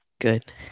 Good